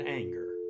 anger